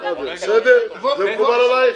בסדר, זה מקובל עלייך?